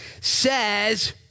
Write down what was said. says